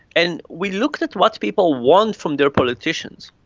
and we looked at what people want from their politicians,